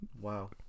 Wow